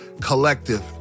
collective